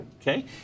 okay